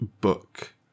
book